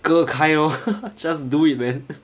割开 lor just do it man